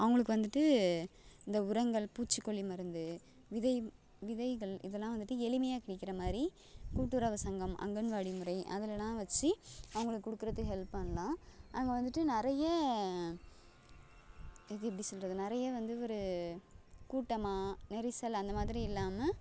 அவர்களுக்கு வந்துட்டு இந்த உரங்கள் பூச்சிக்கொல்லி மருந்து விதை விதைகள் இதெல்லாம் வந்துட்டு எளிமையாக கிடைக்கிற மாதிரி கூட்டுறவு சங்கம் அங்கன்வாடி முறை அதிலெல்லாம் வைச்சு அவர்களுக்கு கொடுக்குறத்துக்கு ஹெல்ப் பண்ணலாம் அங்கே வந்துட்டு நிறைய இதை எப்படி சொல்கிறது நிறைய வந்து ஒரு கூட்டமாக நெரிசல் அந்த மாதிரி இல்லாமல்